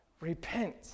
Repent